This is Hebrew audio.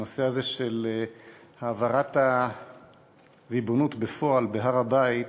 הנושא הוא העברת הריבונות בפועל בהר-הבית